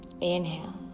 Inhale